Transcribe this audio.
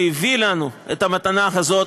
שהביא לנו את המתנה הזאת,